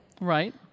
right